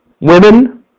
Women